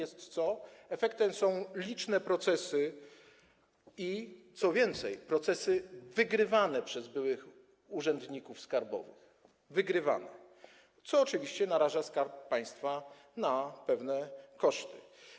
Efektem są liczne procesy i, co więcej, procesy wygrywane przez byłych urzędników skarbowych, co oczywiście naraża Skarb Państwa na pewne koszty.